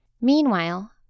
Meanwhile